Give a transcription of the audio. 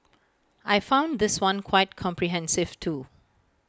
I found this one quite comprehensive too